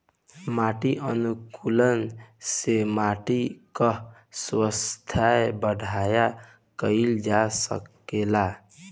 माटी अनुकूलक से माटी कअ स्वास्थ्य बढ़िया कइल जा सकेला